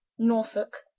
norfolke,